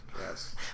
Yes